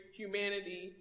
humanity